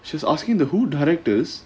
she's asking the who directors